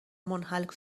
منحل